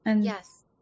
Yes